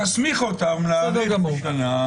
נסמיך אותם להאריך בשנה.